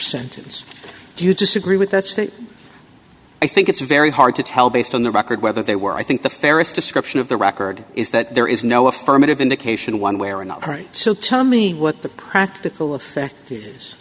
sentence do you disagree with that's the i think it's very hard to tell based on the record whether they were i think the fairest description of the record is that there is no affirmative indication one way or another so tell me what the practical effect is